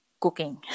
cooking